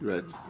Right